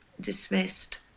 dismissed